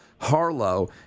Harlow